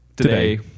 today